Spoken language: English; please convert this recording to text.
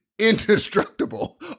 indestructible